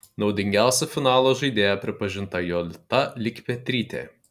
naudingiausia finalo žaidėja pripažinta jolita likpetrytė